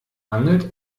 angelt